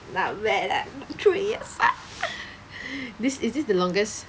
not bad ah three years ah this is this the longest